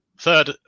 third